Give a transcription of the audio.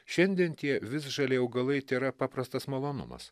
šiandien tie visžaliai augalai tai yra paprastas malonumas